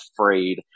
afraid